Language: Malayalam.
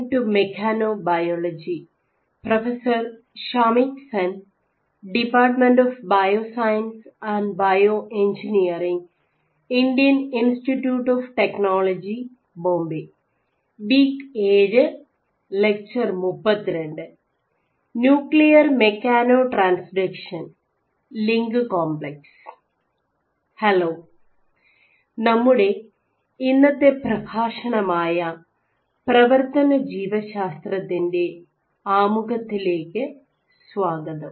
ഹലോ നമ്മുടെ ഇന്നത്തെ പ്രഭാഷണമായ പ്രവർത്തനജീവ ശാസ്ത്രത്തിൻറെ ആമുഖത്തിലേക്ക് സ്വാഗതം